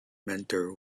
mentor